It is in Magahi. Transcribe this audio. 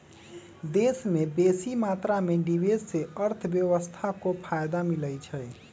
देश में बेशी मात्रा में निवेश से अर्थव्यवस्था को फयदा मिलइ छइ